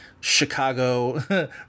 chicago